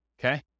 okay